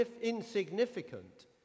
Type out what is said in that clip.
insignificant